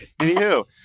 Anywho